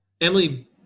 Emily